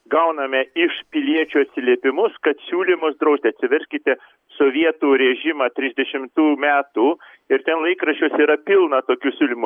gauname iš piliečių atsiliepimus kad siūlymas drausti atsiverskite sovietų režimą trisdešimtų metų ir ten laikraščiuose yra pilna tokių siūlymų